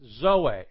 Zoe